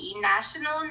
National